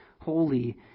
Holy